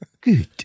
Good